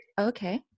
Okay